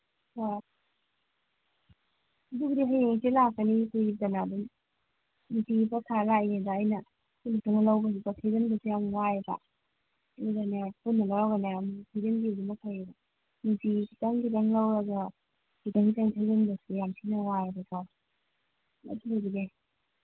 ꯑ ꯑꯗꯨꯕꯨꯗꯤ ꯍꯌꯦꯡ ꯍꯥꯡꯆꯤꯠ ꯂꯥꯛꯀꯅꯤ ꯀꯨꯏꯗꯅ ꯑꯗꯨꯝ ꯅꯨꯡꯇꯤꯒꯤ ꯄꯣꯠ ꯊꯥ ꯂꯥꯛꯏꯅꯤꯗ ꯑꯩꯅ ꯄꯨꯟꯅ ꯄꯨꯟꯅ ꯂꯧꯕꯁꯤꯗ ꯊꯤꯖꯟꯕꯁꯦ ꯌꯥꯝ ꯋꯥꯏꯕ ꯑꯗꯨꯅꯅꯦ ꯄꯨꯟꯅ ꯂꯧꯔꯒꯅꯦ ꯑꯃꯨꯛ ꯊꯤꯖꯟꯒꯤꯕꯁꯤꯅ ꯐꯩꯕ ꯅꯨꯡꯇꯤꯒꯤ ꯈꯤꯇꯪ ꯈꯤꯇꯪ ꯂꯧꯔꯒ ꯈꯤꯇꯪ ꯈꯤꯇꯪ ꯊꯤꯖꯟꯕꯁꯦ ꯌꯥꯝ ꯊꯤꯅ ꯋꯥꯏꯌꯦꯕꯀꯣ ꯑꯗꯨꯗꯨꯒꯤꯅꯦ